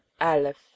Aleph